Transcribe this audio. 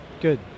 good